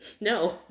no